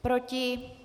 Proti?